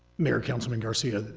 mayor councilman garcia,